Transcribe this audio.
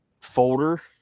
folder –